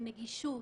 עם נגישות,